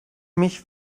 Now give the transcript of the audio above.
mich